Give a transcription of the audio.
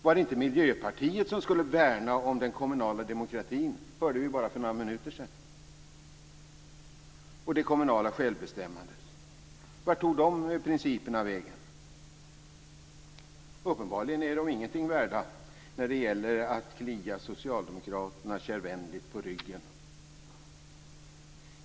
Var det inte Miljöpartiet som skulle värna om den kommunala demokratin - det hörde vi här för bara några minuter sedan - och det kommunala självbestämmandet? Vart tog de principerna vägen? Uppenbarligen är de ingenting värda när det gäller att klia socialdemokraterna kärvänligt på ryggen.